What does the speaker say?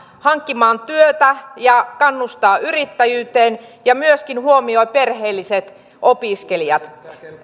hankkimaan työtä kannustaa yrittäjyyteen ja myöskin huomioi perheelliset opiskelijat